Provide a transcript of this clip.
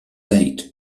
eight